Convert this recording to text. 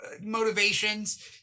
motivations